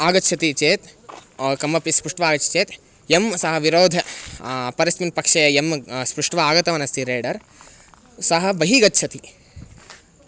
आगच्छति चेत् कमपि स्पृष्ट्वा आगच्छति चेत् यं सः विरोधः अपरस्मिन् पक्षे यं स्पृष्ट्वा आगतवान् अस्ति रैडर् सः बहिः गच्छति